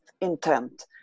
intent